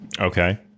Okay